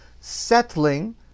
settling